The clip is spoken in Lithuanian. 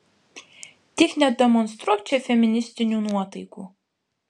tik nedemonstruok čia feministinių nuotaikų